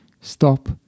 stop